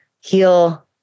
heal